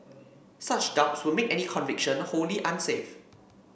such doubts would make any conviction wholly unsafe